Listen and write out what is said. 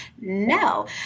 No